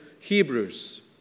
Hebrews